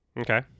Okay